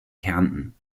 kärnten